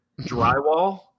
drywall